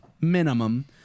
minimum